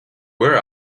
where